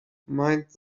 mind